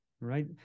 Right